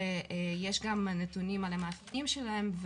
ויש כמה נתונים על המאפיינים שלהם,